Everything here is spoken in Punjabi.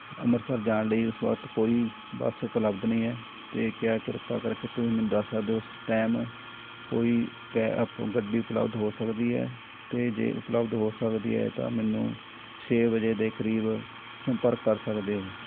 ਅੰਮ੍ਰਿਤਸਰ ਜਾਣ ਲਈ ਉਸ ਵਕਤ ਕੋਈ ਬੱਸ ਉਪਲਬਧ ਨਹੀਂ ਹੈ ਅਤੇ ਕਿਆ ਕਿਰਪਾ ਕਰਕੇ ਤੁਸੀਂ ਮੈਨੂੰ ਦੱਸ ਸਕਦੇ ਹੋ ਉਸ ਟਾਇਮ ਕੋਈ ਕੈ ਅਪ ਗੱਡੀ ਉਪਲਬਧ ਹੋ ਸਕਦੀ ਹੈ ਅਤੇ ਜੇ ਉਪਲਬਧ ਹੋ ਸਕਦੀ ਹੈ ਤਾਂ ਮੈਨੂੰ ਛੇ ਵਜੇ ਦੇ ਕਰੀਬ ਸੰਪਰਕ ਕਰ ਸਕਦੇ ਹੋ